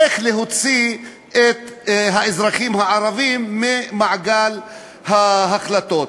איך להוציא את האזרחים הערבים ממעגל ההחלטות.